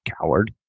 coward